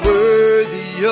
worthy